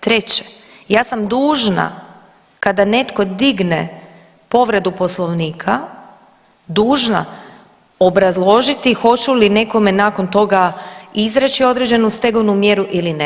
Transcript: Treće, ja sam dužna kada netko digne povredu Poslovnika, dužna obrazložiti hoću li nekome nakon toga izreći određenu stegovnu mjeru ili ne.